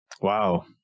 Wow